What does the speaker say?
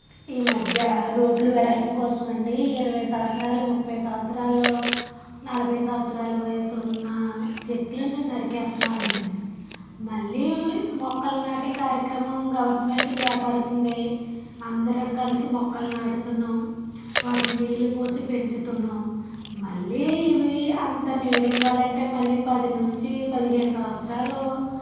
ఈ మధ్య రోడ్లు వెడల్పు కోసం అండి ఇరవై సంవత్సరాలు ముప్పై సంవత్సరాలు నలభై సంవత్సరాలు వయసు ఉన్న చెట్లని నరికి వేస్తున్నారండి మళ్ళీ మొక్కలు నాటే కార్యక్రమం గవర్నమెంట్ చేపడుతుంది అందరం కలిసి మొక్కలు నాటుతున్నాం వాటి నీళ్ళు పోసి పెంచుతున్నాం మళ్ళీ ఇవి అంత నీడ ఇవ్వాలంటే మళ్ళీ పది నుంచి పదిహేను సంవత్సరాలు